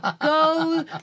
go